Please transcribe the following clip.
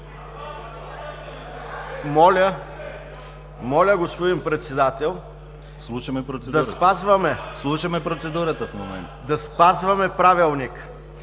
Моля, господин Председател, да спазваме Правилника,